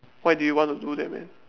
why do you want to do that man